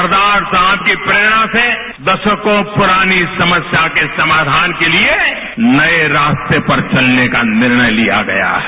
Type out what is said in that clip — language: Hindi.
सरदार साहेब की प्ररेणा से दशकों पुरानी समस्या के समाधान के लिए नए रास्ते पर चलने का निर्णय लिया गया है